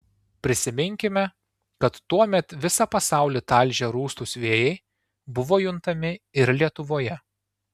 prisiminkime kad tuomet visą pasaulį talžę rūstūs vėjai buvo juntami ir lietuvoje